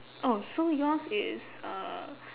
oh so yours is uh